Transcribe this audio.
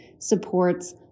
supports